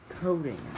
coding